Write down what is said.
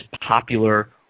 popular